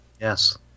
Yes